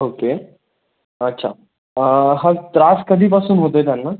okay अच्छा हा त्रास कधीपासून होतो आहे त्यांना